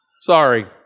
Sorry